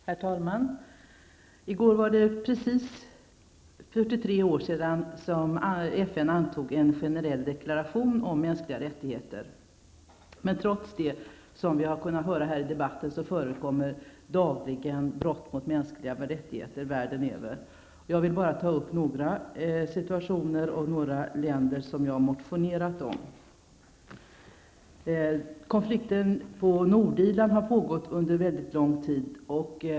Herr talman! I går var det precis 43 år sedan FN antog en generell deklaration om mänskliga rättigheter. Men trots det förekommer, som vi kunnat höra här i debatten, dagligen brott mot mänskliga rättigheter världen över. Jag vill här bara tala om några situationer och några länder som jag motionerat om. Konflikten på Nordirland har pågått under mycket lång tid.